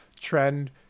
trend